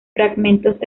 fragmentos